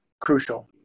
Crucial